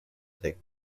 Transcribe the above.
take